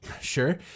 Sure